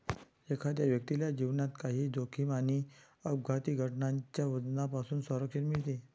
एखाद्या व्यक्तीला जीवनात काही जोखीम आणि अपघाती घटनांच्या वजनापासून संरक्षण मिळते